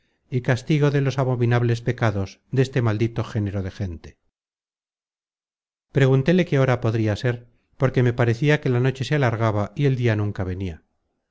y castigo de los abominables pecados deste maldito género de gente content from google book search generated at preguntéle qué hora podria ser porque me parecia que la noche se alargaba y el dia nunca venia